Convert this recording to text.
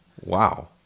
Wow